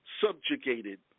subjugated